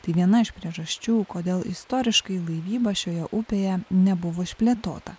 tai viena iš priežasčių kodėl istoriškai laivyba šioje upėje nebuvo išplėtota